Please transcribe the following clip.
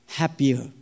happier